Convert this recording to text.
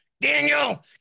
Daniel